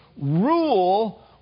rule